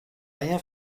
rien